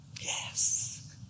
Yes